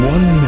One